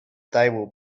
stable